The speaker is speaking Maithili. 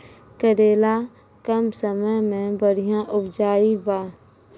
करेला कम समय मे बढ़िया उपजाई बा?